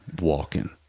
walking